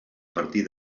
partir